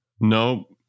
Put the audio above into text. Nope